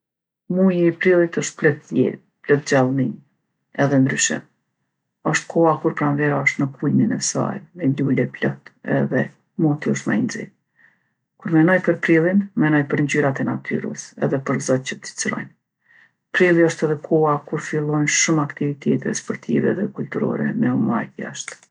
Muji i prillit osht plot jetë, plot gjallni edhe ndryshim. Osht koha kur pranvera osht në kulmin e saj, me lule plot edhe moti osht ma i nxehtë. Kur menoj për prillin, menoj për ngjyrat e natyrës edhe për zogjtë që cicërojnë. Prilli osht edhe koha kur fillojnë shumë aktivitete sportive edhe kulturore me u majtë jashtë.